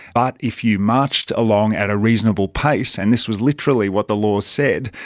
but if you marched along at a reasonable pace, and this was literally what the law said,